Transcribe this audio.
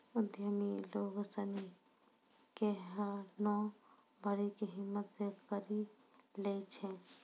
उद्यमि लोग सनी केहनो भारी कै हिम्मत से करी लै छै